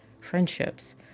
friendships